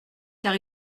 car